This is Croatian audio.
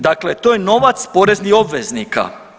Dakle to je novac poreznih obveznika.